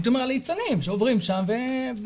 הייתי אומר על ליצנים, שעוברים שם ולא